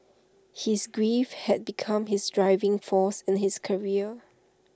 his grief had become his driving force in his career